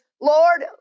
Lord